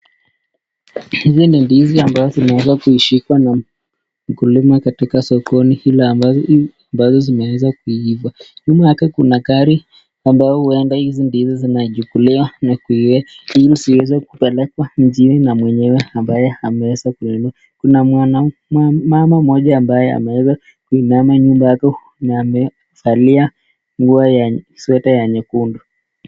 Hizi ni ndizi ambazo zinaeza kushikwa na mkulima katika sokoni vile ambazo zimeweza kuiva. Nyuma yake kuna gari ambayo huenda hizi ndizi zinachukulia na kuiweka ili ziweze kupelekwa mjini na mwenyewe ambaye ameweza kununua. Kuna mama mmoja ambaye ameweza kuinama nyuma yake na amevalia nguo ya sweta ya nyekundu.